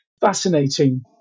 fascinating